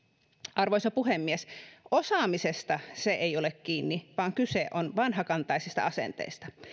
arvoisa puhemies osaamisesta se ei ole kiinni vaan kyse on vanhakantaisista asenteista